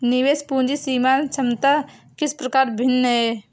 निवेश पूंजी सीमांत क्षमता से किस प्रकार भिन्न है?